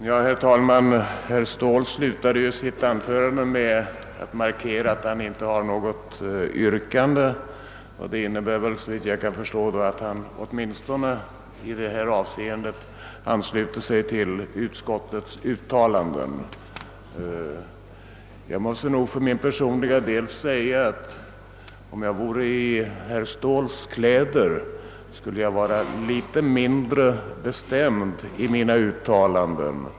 Herr talman! Herr Ståhl slutade sitt anförande med att markera att han inte har något yrkande, och det innebär såvitt jag förstår att han åtminstone i detta avseende ansluter sig till utskottets uttalande. För min personliga del måste jag säga, att om jag vore i herr Ståhls kläder skulle jag vara litet mindre bestämd i mina uttalanden.